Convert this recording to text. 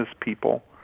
people